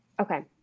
Okay